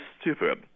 stupid